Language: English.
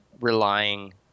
relying